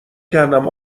کردم